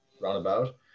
roundabout